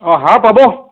অঁ হাঁহ পাব